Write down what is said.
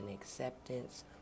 acceptance